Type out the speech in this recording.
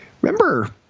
Remember